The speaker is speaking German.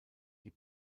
die